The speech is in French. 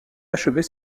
achevés